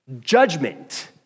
judgment